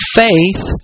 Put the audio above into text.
faith